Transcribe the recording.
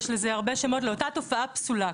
יש לאותה תופעה פסולה הרבה שמות.